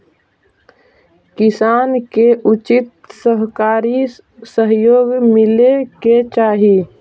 किसान के उचित सहकारी सहयोग मिले के चाहि